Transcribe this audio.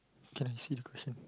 can see the question